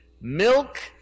milk